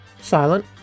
Silent